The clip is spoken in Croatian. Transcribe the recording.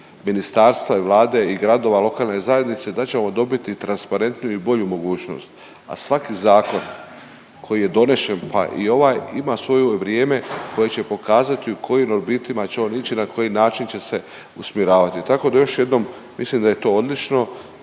ministarstva i Vlade i gradova, lokalne zajednice, da ćemo dobiti transparentniju i bolju mogućnost, a svaki zakon koji je donesen pa i ovaj, ima svoje vrijeme koje će pokazati u kojim orbitima će on ići i na koji način će se usmjeravati. Tako da još jednom mislim da je to odlično